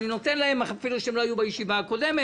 אני נותן להם לדבר למרות שהם לא היו בישיבה הקודמת.